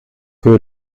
que